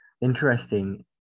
interesting